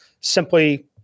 simply